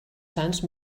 sants